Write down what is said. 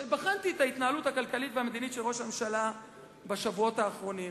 בחנתי את ההתנהלות הכלכלית והמדינית של ראש הממשלה בחודשים האחרונים,